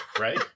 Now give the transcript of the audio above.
right